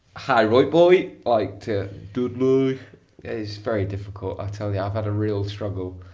hi roy boy, like to dudley is very difficult. i'll tell you, i've had a real struggle.